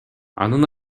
анын